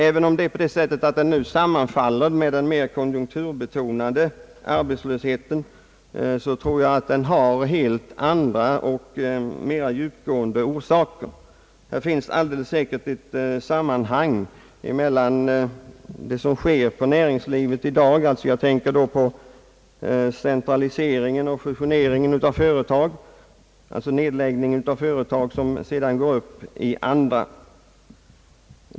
även om den nu sammanfaller med den mer konjunkturbetonade arbetslösheten tror jag att den har helt andra och mera djupgående orsaker. Här finns alldeles säkert ett sammanhang med det som sker i näringslivet i dag. Jag tänker då på centraliseringen och fusioneringen av företag, nedläggning av företag som går upp i andra etc.